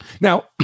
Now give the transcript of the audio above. Now